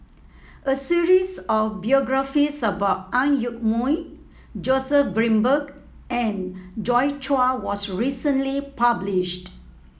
a series of biographies about Ang Yoke Mooi Joseph Grimberg and Joi Chua was recently published